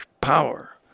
power